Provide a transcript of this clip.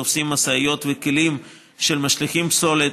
תופסים משאיות וכלים של משליכי פסולת,